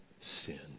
sin